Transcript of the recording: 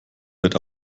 wird